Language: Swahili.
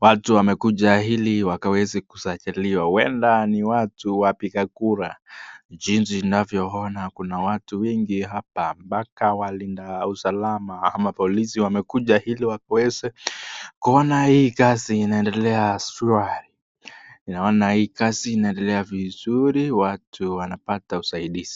Watu wamekuja hili wakaweze kusajiliwa. Huenda ni watu wapiga kura. Jinsi ninavyoona kuna watu wengi hapa mpaka walinda usalama ama polisi wamekuja hili wakuweze kuona hii kazi inaendelea. Naona hii kazi inaendelea vizuri. Watu wanapata usaidizi.